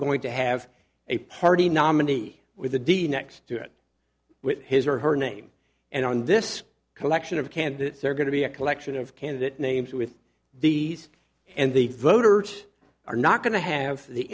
going to have a party nominee with a d next to it with his or her name and on this collection of candidates they're going to be a collection of candidate names with these and the voters are not going to have the